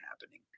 happening